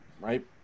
Right